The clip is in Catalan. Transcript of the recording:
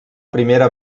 primera